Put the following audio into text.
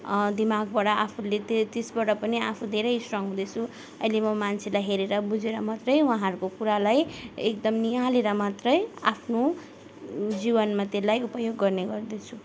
दिमागबाट आफूले त्यो त्यसबाट पनि आफू धेरै स्ट्रङ हुँदैछु अहिले म मान्छेलाई हेरेर बुझेर मात्रै उहाँहरूको कुरालाई एकदम निहालेर मात्रै आफ्नो जीवनमा त्यसलाई उपयोग गर्ने गर्दछु